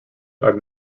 are